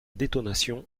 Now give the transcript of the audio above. détonation